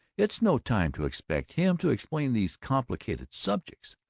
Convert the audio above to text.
it's no time to expect him to explain these complicated subjects.